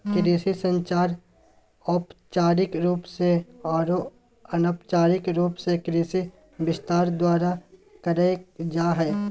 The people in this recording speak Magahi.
कृषि संचार औपचारिक रूप से आरो अनौपचारिक रूप से कृषि विस्तार द्वारा कयल जा हइ